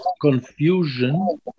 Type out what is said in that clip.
confusion